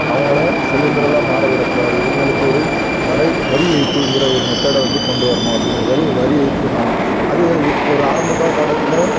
அவங்கள செல்வந்தர்களாக மாற விடக்கூடாது இவங்களுக்கு ஒரு வரை வரி ஏய்ப்புங்கிற ஒரு மெத்தேடை வந்து கொண்டு வரணும் அப்படிங்கறக்காரு வரி ஏய்ப்பு சொன்னாங்க அது ஒரு ஆரம்ப காலக்கட்டத்தில்